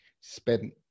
spent